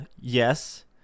yes